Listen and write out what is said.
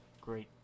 great